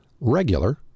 regular